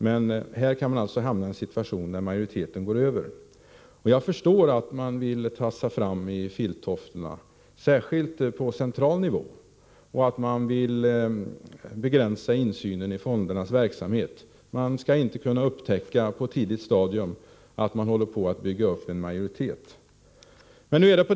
Men här kan vi hamna i den situationen att majoriteten går över till fondsystemet. Jag förstår att man vill tassa fram i filttofflorna, särskilt på central nivå, och vill begränsa insynen i fondernas verksamhet. Det skall inte bli möjligt att på ett tidigt stadium upptäcka att man håller på att bygga upp ett majoritetsägande.